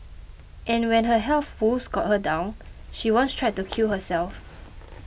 and when her health woes got her down she once tried to kill herself